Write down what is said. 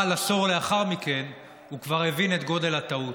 אבל עשור לאחר מכן הוא כבר הבין את גודל הטעות.